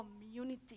community